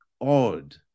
odd